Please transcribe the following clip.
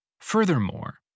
Furthermore